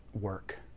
work